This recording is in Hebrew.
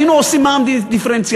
היינו עושים מע"מ דיפרנציאלי.